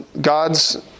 God's